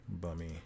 bummy